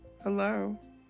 Hello